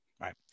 right